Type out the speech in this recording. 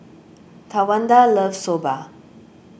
Tawanda loves Soba